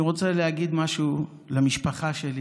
אני רוצה להגיד משהו למשפחה שלי,